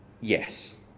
yes